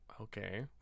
Okay